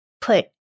put